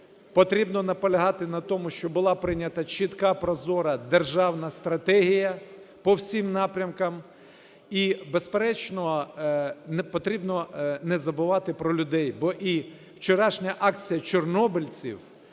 потрібно наполягати на тому, щоб була прийнята чітка прозора державна стратегія по всім напрямкам і, безперечно, потрібно не забувати про людей, бо і вчорашня акція чорнобильців